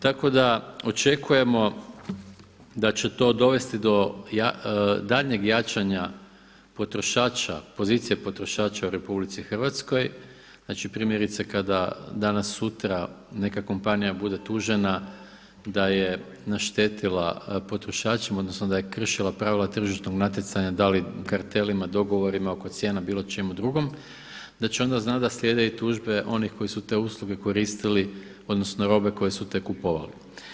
Tako da očekujemo da će to dovesti do daljnjeg jačanja potrošača, pozicije potrošača u RH, znači primjerice kada danas-sutra neka kompanija bude tužena da je naštetila potrošačima odnosno da je kršila pravila tržišnog natjecanja da li kartelima, dogovorima oko cijena, bilo čemu drugom da će onda znati da slijede i tužbe onih koji su te usluge koristili odnosno robe koje su te kupovali.